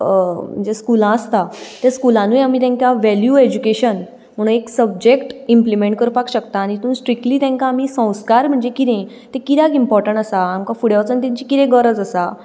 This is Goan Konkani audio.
जीं स्कुलां आसता ते स्कुलानूय आमी तेंकां वेल्यू एज्युकेशन म्हणून एक सबजेक्ट इंपलिमेंट करपाक शकता आनी तितूंत स्ट्रिक्टली तेंकां आमी संस्कार म्हणचे किते ते कित्याक इंपोर्टंट आसा आमकां फुडें वचून तेंची कितें गरज आसा